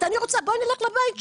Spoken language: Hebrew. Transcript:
בואי נלך לבית שלך.